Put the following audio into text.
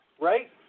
Right